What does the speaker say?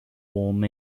warm